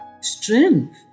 strength